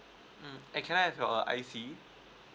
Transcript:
mm and can I have your I_C